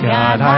God